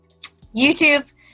YouTube